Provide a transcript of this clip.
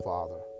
Father